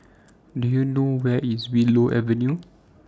Do YOU know Where IS Willow Avenue